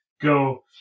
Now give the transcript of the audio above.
go